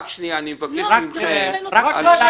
רק עכשיו אתה הגנת על